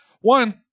one